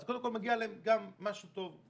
אז, קודם כול, מגיע להם גם משהו טוב.